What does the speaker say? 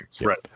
right